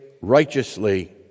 righteously